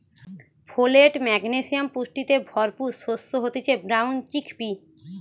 folate, magnesium পুষ্টিতে ভরপুর শস্য হতিছে ব্রাউন চিকপি